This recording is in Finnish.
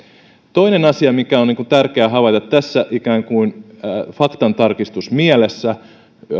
toinen asia mikä tässä on tärkeä havaita ikään kuin faktantarkistusmielessä